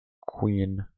Queen